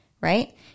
right